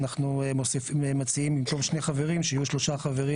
אנחנו מציעים במקום שני חברים שיהיו שלושה חברים